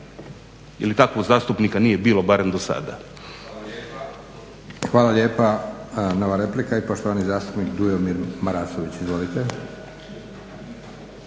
Ili takvog zastupnika nije bilo barem dosada. **Leko, Josip (SDP)** Hvala lijepa. Nova replika i poštovani zastupnik Dujomir Marasović. Izvolite.